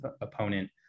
opponent